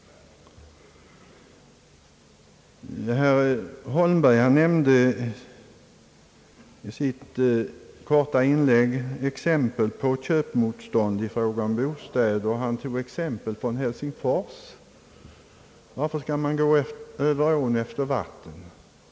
Herr Holmberg nämnde i sitt korta inlägg exempel på köpmotstånd i fråga om bostäder och han tog exemplen från Helsingfors. Varför skall man gå över ån efter vatten?